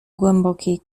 głębokiej